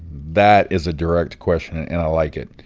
that is a direct question, and i like it.